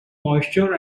moisture